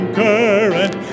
current